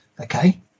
okay